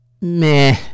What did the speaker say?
meh